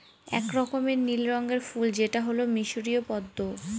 এক রকমের নীল রঙের ফুল যেটা হল মিসরীয় পদ্মা